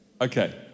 Okay